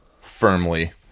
firmly